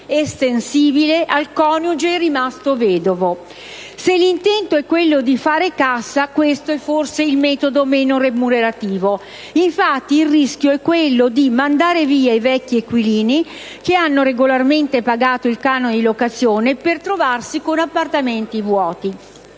il rischio è quello di mandare via i vecchi inquilini, che hanno regolarmente pagato il canone di locazione, per trovarsi con appartamenti vuoti.